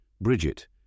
Bridget